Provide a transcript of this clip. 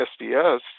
SDS